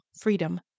freedom